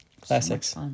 classics